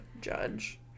judge